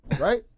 right